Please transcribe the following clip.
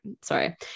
sorry